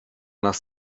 nach